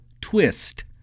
twist